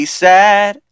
sad